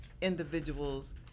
individuals